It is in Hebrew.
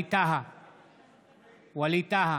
ווליד טאהא,